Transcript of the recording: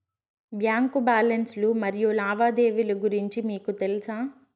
Bank balance లు మరియు లావాదేవీలు గురించి మీకు తెల్సా?